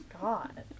God